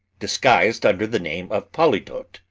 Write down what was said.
disguised under the names of polydore